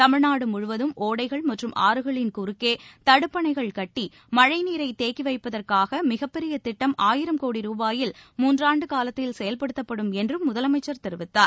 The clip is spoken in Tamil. தமிழ்நாடு முழுவதும் ஓடைகள் மற்றும் ஆறுகளின் குறுக்கே தடுப்பணைகள் கட்டி மழைநீரை தேக்கி வைப்பதற்காக மிகப்பெரிய திட்டம் ஆயிரம் கோடி ரூபாயில் மூன்றாண்டு காலத்தில் செயல்படுத்தப்படும் என்றும் முதலமைச்சர் தெரிவித்தார்